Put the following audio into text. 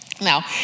Now